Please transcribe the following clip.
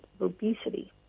obesity